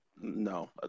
no